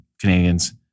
Canadians